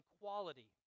quality